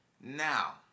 now